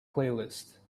playlist